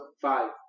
five